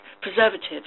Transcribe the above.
preservatives